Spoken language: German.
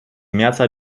mehrzahl